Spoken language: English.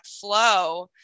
flow